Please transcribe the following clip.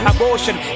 Abortion